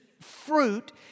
fruit